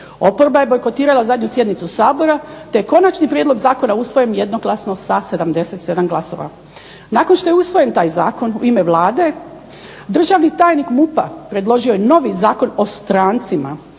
Oporba je bojkotirala zadnju sjednicu Sabora te Konačni prijedlog zakona usvojen jednoglasno sa 77 glasova. Nakon što je usvojen taj Zakon u ime Vlade, državni tajnik MUP-a predložio je novi Zakon o strancima